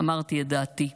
ואמרתי את דעתי.